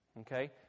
okay